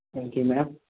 thank you ma'am